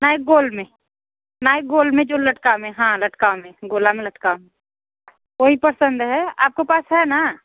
gold में gold में जो लटकाव में हाँ लटकाव में गोला में लटकाव वही पसंद है आपके पास है ना